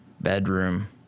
bedroom